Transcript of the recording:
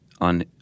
On